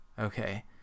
okay